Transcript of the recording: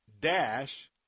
dash